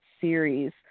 series